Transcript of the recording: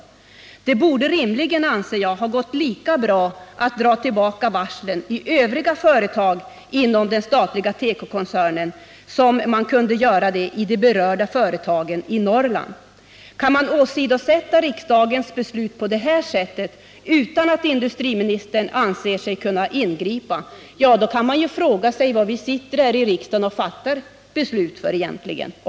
Jag anser att det rimligen borde ha gått lika bra att dra tillbaka de varsel inom den statliga tekokoncernen som vi här diskuterar som det gjorde när det gällde de berörda företagen i Norrland. Kan riksdagens beslut på detta sätt åsidosättas utan att industriministern anser sig kunna ingripa, kan man fråga sig varför vi egentligen sitter och fattar beslut här i riksdagen.